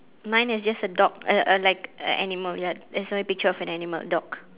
mine is just a dog a a like a animal ya there's only a picture of an animal dog